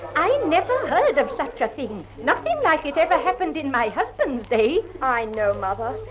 i never heard of such a thing, nothing like it ever happened in my husband's day. i know, mother,